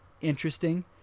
interesting